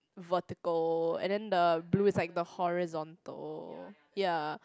vertical and then the blue is like the horizontal ya